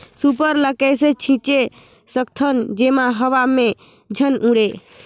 Super ल कइसे छीचे सकथन जेमा हवा मे झन उड़े?